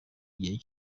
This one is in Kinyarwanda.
igihe